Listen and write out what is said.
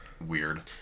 weird